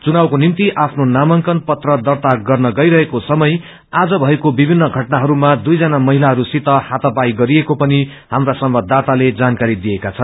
चुनावको निम्ति आफ्नो नामांकन पत्र दर्ता गर्न गइरहेको सयम आज विभिन्न घटनाहरूमा दुइजना महिलाहरूसित हातापाई गरिएको पनि हाम्रा संवाददाताले जानकारी दिएका छन्